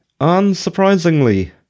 unsurprisingly